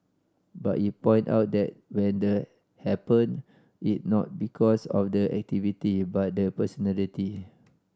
but he point out that when the happen it not because of the activity but the personality